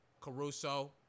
Caruso